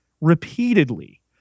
repeatedly